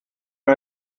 mir